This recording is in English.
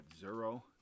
zero